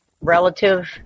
relative